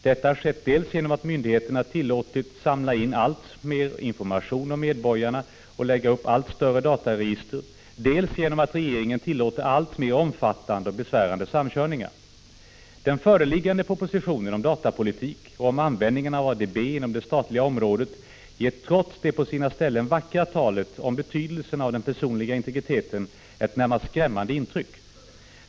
Detta har skett dels genom att myndigheterna tillåtits samla in alltmer information om medborgarna och lägga upp allt större dataregister, dels genom att regeringen tillåter alltmer omfattande och besvärande samkörningar. Den föreliggande propositionen om datapolitiken och om användningen av ADB inom det statliga området ger, trots det på sina ställen vackra talet om betydelsen av den personliga integriteten, ett närmast skrämmande intryck.